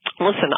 Listen